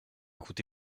coûté